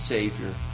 Savior